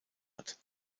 hat